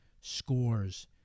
scores